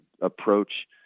approach